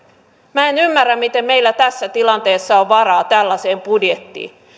minä en ymmärrä miten meillä tässä tilanteessa on varaa tällaiseen budjettiin